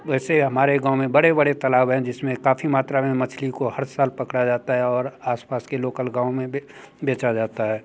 वैसे हमारे गाँव में बडे़ बड़े तालाब हैं जिस में काफ़ी मात्रा में मछली को हर साल पकड़ा जाता है और आस पास के लोकल गाँव में बेचा जाता है